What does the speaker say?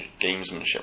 gamesmanship